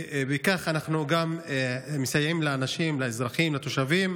ובכך אנחנו גם מסייעים לאנשים, לאזרחים, לתושבים,